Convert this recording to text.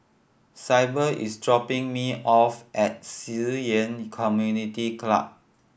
Syble is dropping me off at Ci Yan Community Club